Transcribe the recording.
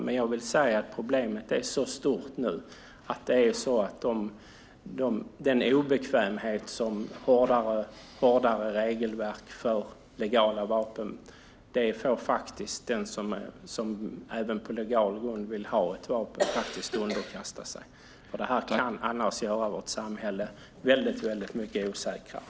Men problemet är nu så stort att den obekvämhet som ett hårdare regelverk för legala vapen innebär får den som på legal grund vill ha ett vapen faktiskt underkasta sig. Detta kan annars göra vårt samhälle väldigt mycket osäkrare.